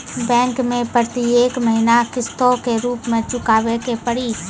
Bank मैं प्रेतियेक महीना किस्तो के रूप मे चुकाबै के पड़ी?